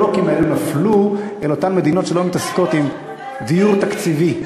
הבלוקים האלה נפלו אל אותן מדינות שלא מתעסקות עם דיור תקציבי.